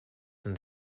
than